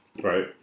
Right